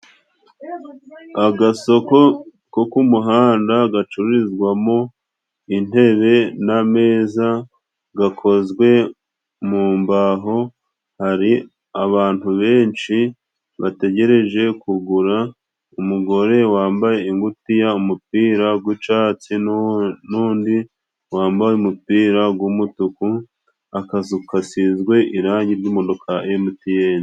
Agasokoko ku muhanda gacururizwamo intebe n'ameza gakozwe mu mbaho, hari abantu benshi bategereje kugura. Umugore wambaye ingutiya, umupira gw'icatsi n'undi wambaye umupira g'umutuku. Akazu kasizwe irangi ry'umuhondo ka Emuti ene.